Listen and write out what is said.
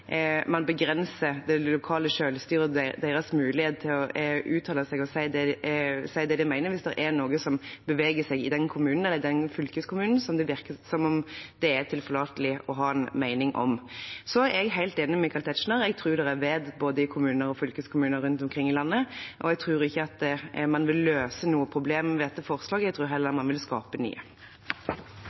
man begrenser det lokale selvstyret og deres mulighet til å uttale seg og si det de mener hvis det er noe som beveger seg i den kommunen eller fylkeskommunen, som virker som det er tilforlatelig å ha noen mening om? Jeg er helt enig med Michael Tetzschner. Jeg tror det er vett i både kommuner og fylkeskommuner rundt omkring i landet, og jeg tror ikke man vil løse noe problem med dette forslaget. Jeg tror heller man vil skape nye.